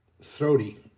throaty